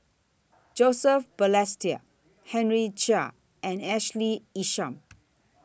Joseph Balestier Henry Chia and Ashley Isham